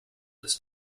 this